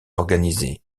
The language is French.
organisé